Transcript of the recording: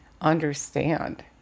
understand